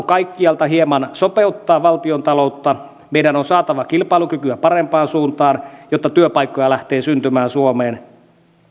kaikkialta hieman sopeuttaa valtiontaloutta meidän on saatava kilpailukykyä parempaan suuntaan jotta työpaikkoja lähtee syntymään suomeen